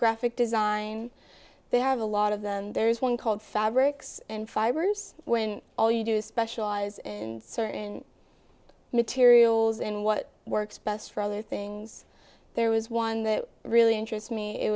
graphic design they have a lot of them there is one called fabrics and fibers when all you do specialize in certain materials and what works best for other things there was one that really interests me it